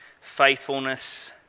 faithfulness